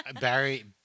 Barry